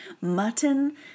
mutton